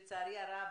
לצערי הרב,